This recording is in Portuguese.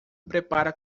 prepara